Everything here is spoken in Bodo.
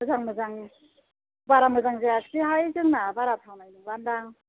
मोजां मोजां बारा मोजां जायासैहाय जोंना बारा थावनाय नङादां